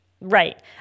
Right